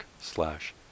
slash